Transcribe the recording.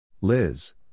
Liz